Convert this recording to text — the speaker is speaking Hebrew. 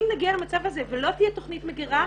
אם נגיע למצב הזה ולא תהיה תוכנית מגירה,